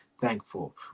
thankful